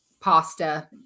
pasta